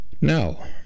now